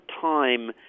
time